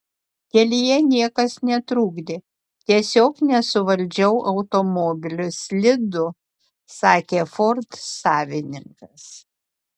kelyje niekas netrukdė tiesiog nesuvaldžiau automobilio slidu sakė ford savininkas